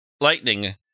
lightning